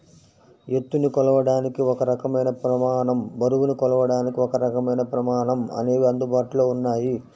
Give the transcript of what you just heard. ఎత్తుని కొలవడానికి ఒక రకమైన ప్రమాణం, బరువుని కొలవడానికి ఒకరకమైన ప్రమాణం అనేవి అందుబాటులో ఉన్నాయి